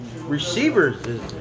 receivers